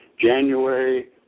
January